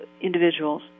individuals